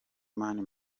mani